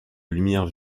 lumière